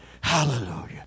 Hallelujah